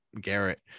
garrett